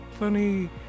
Funny